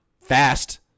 fast